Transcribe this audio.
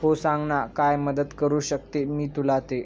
हो सांग ना काय मदत करू शकते मी तुला ते